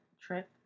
trip